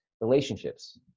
relationships